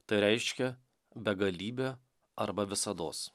tai reiškia begalybę arba visados